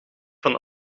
van